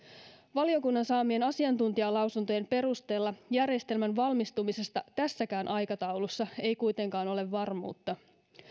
valiokunnan saamien asiantuntijalausuntojen perusteella järjestelmän valmistumisesta tässäkään aikataulussa ei kuitenkaan ole varmuutta